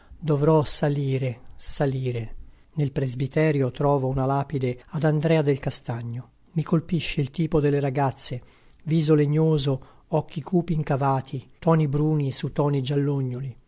dovrò salire salire nel presbiterio trovo una lapide ad andrea del astagno i colpisce il tipo delle ragazze viso legnoso occhi cupi incavati toni bruni su toni giallognoli